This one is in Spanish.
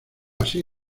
así